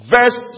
Verse